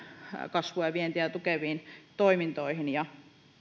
kasvua ja vientiä tukeviin toimintoihin